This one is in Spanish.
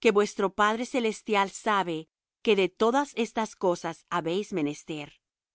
que vuestro padre celestial sabe que de todas estas cosas habéis menester